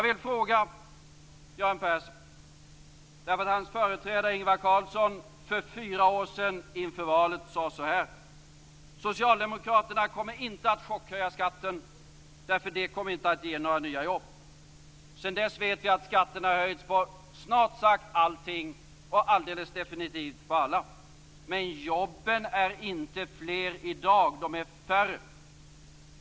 Göran Perssons företrädare Ingvar Carlsson sade inför valet för fyra år sedan så här: Socialdemokraterna kommer inte att chockhöja skatten, därför att det kommer inte att ge några nya jobb. Sedan dess vet vi att skatten har höjts på snart sagt allting och alldeles definitivt på alla. Men jobben är inte fler i dag, de är färre.